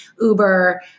Uber